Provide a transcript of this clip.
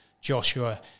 Joshua